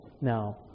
Now